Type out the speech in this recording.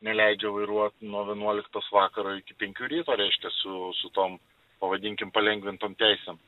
neleidžia vairuot nuo vienuoliktos vakaro iki penkių ryto reiškias su su tom pavadinkim palengvintom teisėm